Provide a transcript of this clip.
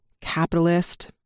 capitalist